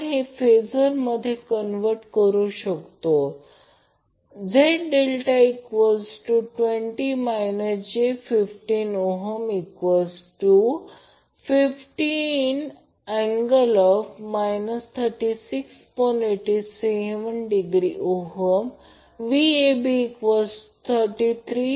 आपण हे फेजर मध्ये कन्व्हर्ट करू शकतो जसे Z∆20 j1525∠ 36